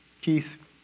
Keith